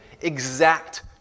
exact